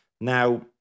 Now